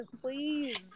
please